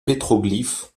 pétroglyphes